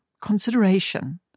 consideration